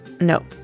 No